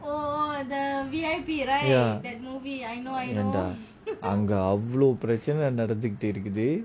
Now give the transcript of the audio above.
ya ஏண்டா அங்க அவ்ளோ பிரச்னை நடந்துட்டு இருக்குது:yeanda anga avlo prechana nadanthutu irukuthu